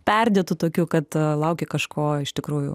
perdėtu tokiu kad lauki kažko iš tikrųjų